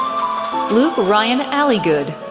luke ryan allegood,